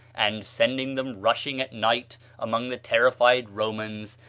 and sending them rushing at night among the terrified romans,